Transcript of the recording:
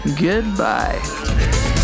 Goodbye